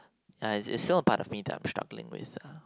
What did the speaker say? ya it's still a part of me that I'm struggling with ah